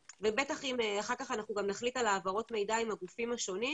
ובטח אם אחר כך אנחנו גם נחליט על העברות מידע עם הגופים השונים,